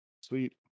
Sweet